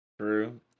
True